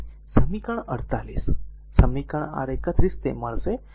હવે સમીકરણ 48 સમીકરણ r 31 તે મળશે